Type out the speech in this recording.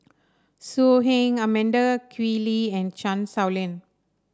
So Heng Amanda Koe Lee and Chan Sow Lin